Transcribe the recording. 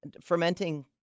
fermenting